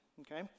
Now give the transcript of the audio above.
okay